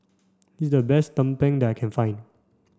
this is the best Tumpeng that I can find